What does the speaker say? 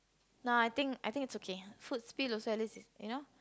no I think I think it's okay food spill also at least is you know